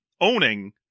owning